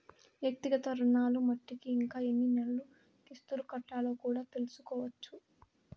వ్యక్తిగత రుణాలు మట్టికి ఇంకా ఎన్ని నెలలు కిస్తులు కట్టాలో కూడా తెల్సుకోవచ్చు